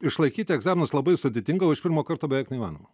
išlaikyti egzaminus labai sudėtinga o iš pirmo karto beveik neįmanoma